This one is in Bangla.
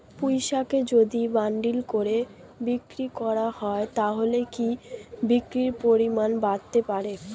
পুঁইশাকের যদি বান্ডিল করে বিক্রি করা হয় তাহলে কি বিক্রির পরিমাণ বাড়তে পারে?